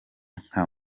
nka